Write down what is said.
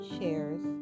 shares